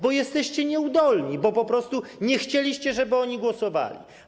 Bo jesteście nieudolni, bo po prostu nie chcieliście, żeby one głosowały.